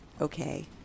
Okay